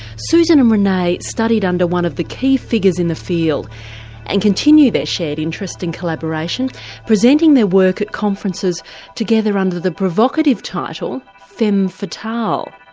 susan and renee studied under one of the key figures in the field and continue their shared interest and collaboration presenting their work at conferences together under the provocative title femme fatale.